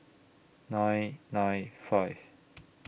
nine nine five